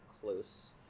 close